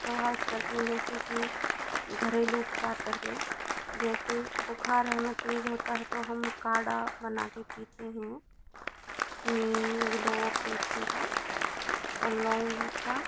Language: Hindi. प्रभावित करते हैं जैसे कि घरेलू उपचार कर के जैसे बुख़ार हमें तेज़ होता है तो हम काड़ा बना के पीते हैं नीम गिलोट तुलसी का और लॉन्ग का